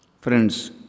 Friends